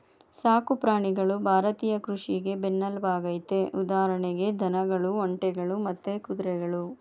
ಸಾಕು ಪ್ರಾಣಿಗಳು ಭಾರತೀಯ ಕೃಷಿಗೆ ಬೆನ್ನೆಲ್ಬಾಗಯ್ತೆ ಉದಾಹರಣೆಗೆ ದನಗಳು ಒಂಟೆಗಳು ಮತ್ತೆ ಕುದುರೆಗಳು